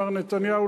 מר נתניהו,